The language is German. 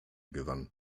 gewann